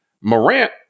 Morant